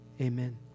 Amen